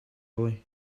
heavily